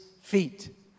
feet